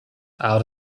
out